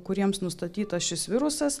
kuriems nustatytas šis virusas